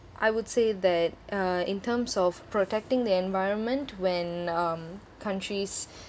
I would say that uh in terms of protecting the environment when um countries